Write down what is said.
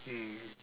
mm